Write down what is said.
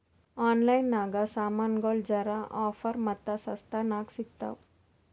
online ನಾಗ್ ಸಾಮಾನ್ಗೊಳ್ ಜರಾ ಆಫರ್ ಮತ್ತ ಸಸ್ತಾ ನಾಗ್ ಸಿಗ್ತಾವ್